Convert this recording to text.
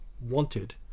wanted